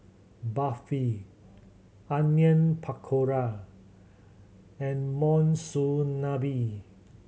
Barfi Onion Pakora and Monsunabe